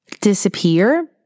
disappear